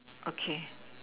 okay